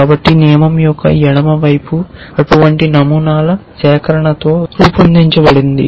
కాబట్టి నియమం యొక్క ఎడమ వైపు అటువంటి నమూనాల సేకరణతో రూపొందించబడింది